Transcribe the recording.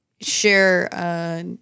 share